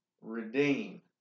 redeem